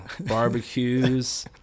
Barbecues